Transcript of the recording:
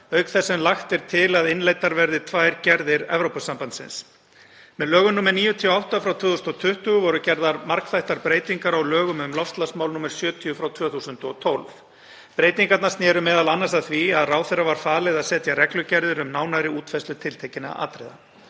auk þess sem lagt er til að innleiddar verði tvær gerðir Evrópusambandsins. Með lögum nr. 98/2020 voru gerðar margþættar breytingar á lögum um loftslagsmál, nr. 70/2012. Breytingarnar sneru m.a. að því að ráðherra var falið að setja reglugerðir um nánari útfærslu tiltekinna atriða.